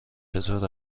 چطور